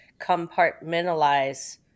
compartmentalize